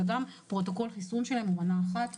וגם פרוטוקול החיסון שלהם הוא מנה אחת.